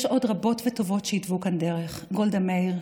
יש עוד רבות וטובות שהתוו כאן דרך: גולדה מאיר,